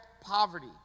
poverty